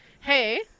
hey